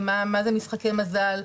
ומה זה משחקי מזל,